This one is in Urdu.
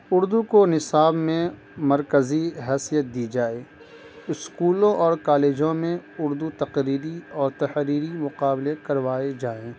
اردو کو نصاب میں مرکزی حیثیت دی جائے اسکولوں اور کالجوں میں اردو تقریری اور تحریری مقابلے کروائے جائیں